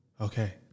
okay